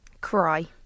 Cry